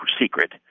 secret